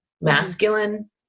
masculine